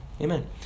Amen